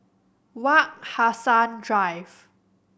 Wak Hassan Drive